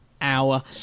hour